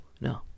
no